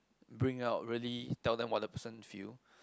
bring it up really tell them what the person feel